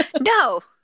No